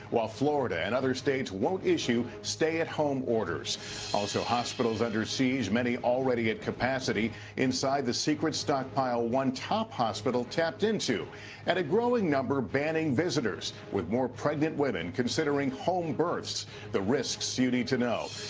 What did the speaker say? while florida and other states won't issue stay at home orders also, hospitals under siege. many already at capacity inside the secret stock pile one top hospital tapped into and a growing number banning visitors with more pregnant women considering home births the risks you need to know.